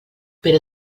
però